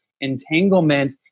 entanglement